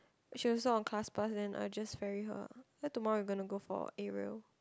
she also on class pass then I just ferry her lor then tomorrow I'm gonna go for aerial